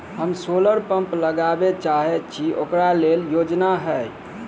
हम solar pump लगाबै चाहय छी ओकरा लेल योजना हय?